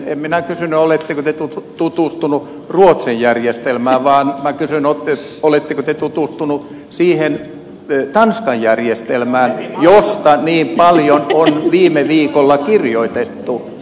en minä kysynyt oletteko te tutustunut ruotsin järjestelmään vaan minä kysyin oletteko te tutustunut siihen tanskan järjestelmään josta niin paljon on viime viikolla kirjoitettu